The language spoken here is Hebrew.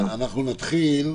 אנחנו נתחיל,